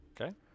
okay